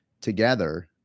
together